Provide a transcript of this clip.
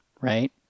right